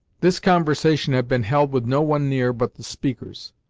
this conversation had been held with no one near but the speakers.